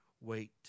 wait